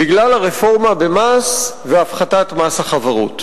בגלל הרפורמה במס והפחתת מס החברות.